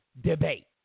debate